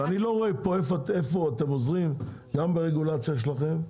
אני לא רואה איפה אתם עוזרים ברגולציה שלכם.